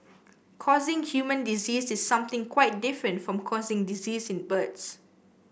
causing human disease is something quite different from causing disease in birds